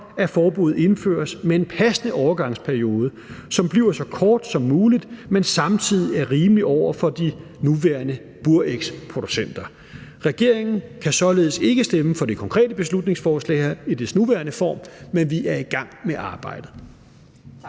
at forbuddet indføres med en passende overgangsperiode, som bliver så kort som muligt, men som samtidig er rimelig over for de nuværende burægsproducenter. Regeringen kan således ikke stemme for det konkrete beslutningsforslag i dets nuværende form, men vi er i gang med arbejdet.